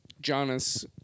Jonas